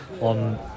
on